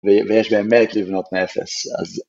וי... ויש בהם מרץ לבנות מאפס. אז...